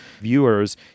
viewers